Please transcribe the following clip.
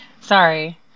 sorry